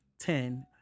Ten